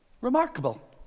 Remarkable